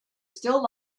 still